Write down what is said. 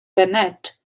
bennett